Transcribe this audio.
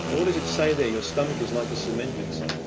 and what does it say there? your stomach is like a cement mixer.